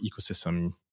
ecosystem